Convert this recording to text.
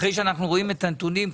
אחרי שאנחנו רואים את הנתונים,